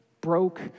broke